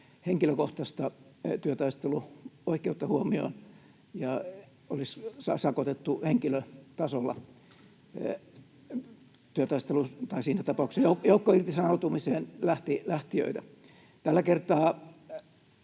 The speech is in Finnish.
henkilökohtaista työtaisteluoikeutta huomioon ja olisi sakotettu henkilötasolla, siinä tapauksessa joukkoirtisanoutumiseen lähtijöitä. Tällä kertaa